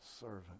servant